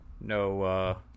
No